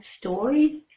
stories